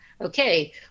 Okay